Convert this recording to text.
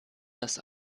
das